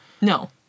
No